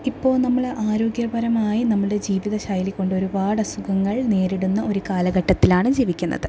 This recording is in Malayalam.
ഇപ്പോൾ നമ്മൾ ആരോഗ്യപരമായി നമ്മളുടെ ജീവിത ശൈലി കൊണ്ട് ഒരുപാട് അസുഖങ്ങൾ നേരിടുന്ന ഒരു കാലഘട്ടത്തിലാണ് ജീവിക്കുന്നത്